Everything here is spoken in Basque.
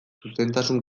zuzentasun